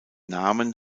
namen